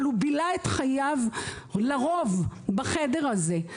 אבל הוא בילה את רוב חייו בחדר הזה.